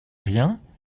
rien